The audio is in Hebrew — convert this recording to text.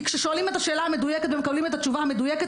כי כששואלים את השאלה המדויקת ומקבלים את התשובה המדויקת,